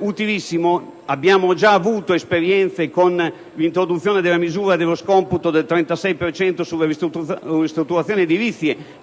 utilissimo. Abbiamo già avuto esperienze, ad esempio con l'introduzione della misura dello scomputo del 36 per cento sulla ristrutturazione edilizia,